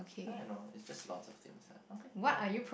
I don't know it's just lots of things lah okay go on